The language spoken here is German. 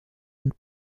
und